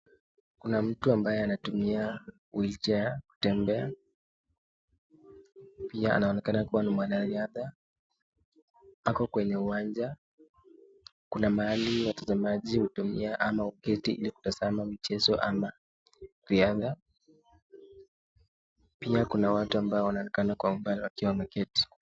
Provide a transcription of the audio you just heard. Kuna mtu ambaye anatumia wheelchair kutembea. Pia, anaonekana kuwa ni mwanariadha. Ako wenye uwanja. Kuna mahali watazamaji hutulia ama huketi ili kutazama michezo ama riadha. Pia, kuna watu ambao wanaonekana kwa umbali wakiwa wameketi.